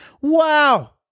Wow